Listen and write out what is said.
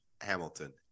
Hamilton